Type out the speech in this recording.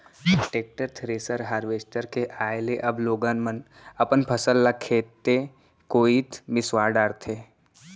tractor, thresher, harvester के आए ले अब लोगन मन अपन फसल ल खेते कोइत मिंसवा डारथें